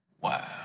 Wow